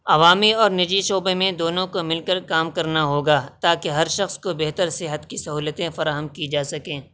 عوامی اور نجی شعبے میں دونوں کو مل کر کام کرنا ہوگا تاکہ ہر شخص کو بہتر صحت کی سہولتیں فراہم کی جا سکیں